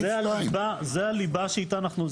זו הליבה שאיתה אנחנו,